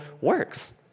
works